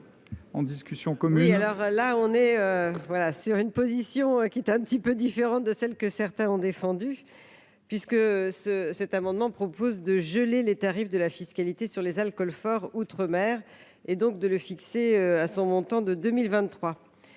en discussion commune,